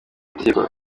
amategeko